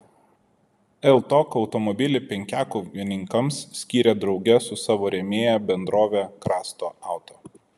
ltok automobilį penkiakovininkams skyrė drauge su savo rėmėja bendrove krasta auto